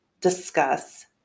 discuss